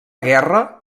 guerra